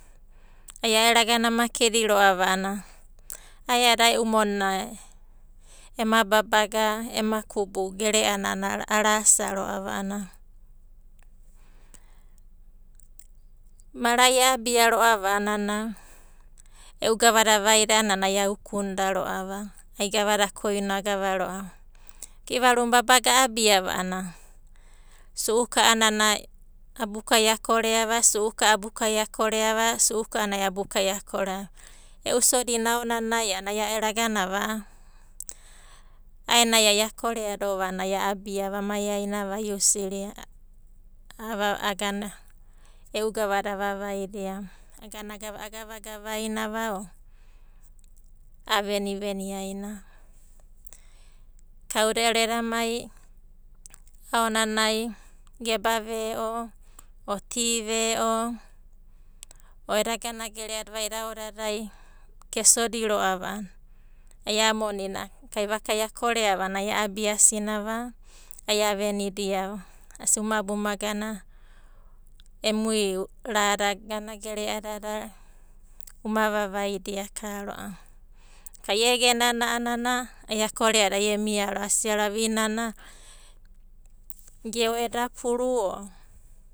Ai e ero agana a makedi ro'ava a'ana ae'adi a'a e'u monina ema babaga ema kubu gere'anana arasa ro'ava. Mora'i a'abia ro'ava a'ana e'u gavada vaida a'ana ai aukunda ro'ava, ai gavada koino agava ro'ava. I'ivaru na babaga a'abiava a'ana su'uka a'anana abukai akoreava su'uka a'anai abukai akoreava. E'u sodina aonanai a'ana ai aero aganava a'a aenanaiai akoreado a'ana a'abiava amai ainava a iusiriava. hesitaiton e'u gavada avavaidia va agana agavagava ainiava o aveniveni ainiava. Kauda ero edamai aonanai geba ve'o, o ti ve'o, o eda ganagere'ada vaida aodadai ge sodiro'ava ai ia monina kaivakai akoreava a'ana ai a'abiasinava ai avenidiava. Asia uma abia uma gana emui rada ganagere'adada uma vavaida akaro'ava. Inoka ai egenana a'ana ai akoreado ai emai ro'ava. Asia ro'ava i'inana geo eda puru o.